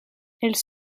elle